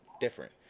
different